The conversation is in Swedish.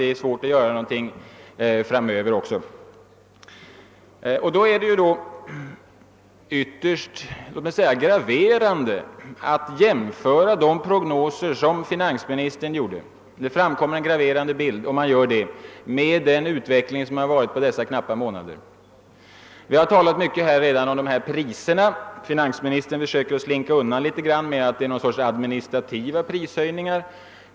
Det är en ytterst graverande bild som framkommer när man jämför de prognoser som finansministern gjorde med den utveckling som skett under dessa två månader. Vi har redan talat mycket här om priserna. Finansministern försöker smita undan med att förklara att det är någon sorts »administrativa prishöjningar».